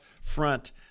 front